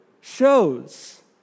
shows